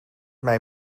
mij